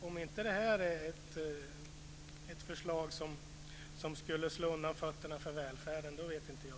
Om inte detta är ett förslag som slår undan fötterna för välfärden, då vet inte jag.